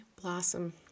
Blossom